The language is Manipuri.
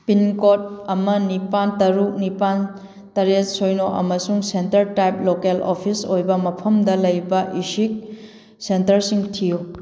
ꯄꯤꯟ ꯀꯣꯗ ꯑꯃ ꯅꯤꯄꯥꯜ ꯇꯔꯨꯛ ꯅꯤꯄꯥꯜ ꯇꯔꯦꯠ ꯁꯤꯅꯣ ꯑꯃꯁꯨꯡ ꯁꯦꯟꯇꯔ ꯇꯥꯏꯞ ꯂꯣꯀꯣꯜ ꯑꯣꯐꯤꯁ ꯑꯣꯏꯕ ꯃꯐꯝꯗ ꯂꯩꯕ ꯏꯁꯤꯛ ꯁꯦꯟꯇꯔꯁꯤꯡ ꯊꯤꯌꯨ